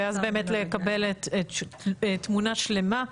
ואז באמת לקבל תמונה שלמה.